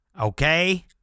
okay